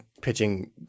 pitching